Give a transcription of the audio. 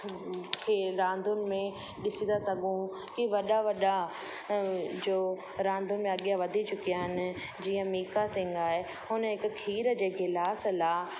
खेल रांदुनि में ॾिसीं था सघूं की वॾा वॾा जो रांदुनि मां अॻियां वधी चुकिया आहिनि जीअं मिल्खा सिंह आहे हुन हिकु खीर जे गिलास लाइ